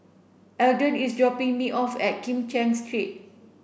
Eldon is dropping me off at Kim Cheng Street